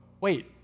wait